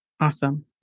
Awesome